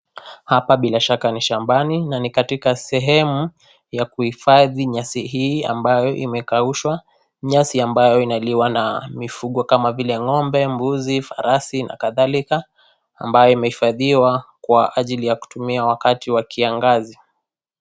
Hapa bila shaka ni shambani na ni katika sehemu ya kuhifadhi nyasi hii ambayo imekaushwa, nyasi ambayo inaliwa na mifugo kama vile ngombe, mbuzi, farasi na kadhalika ambaye imehifadhiwa kwa ajili ya kutumiwa wakati wa kiangazi.